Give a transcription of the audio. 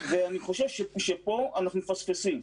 לדעתי, פה אנחנו מפספסים.